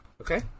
Okay